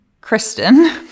Kristen